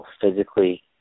physically